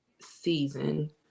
season